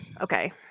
Okay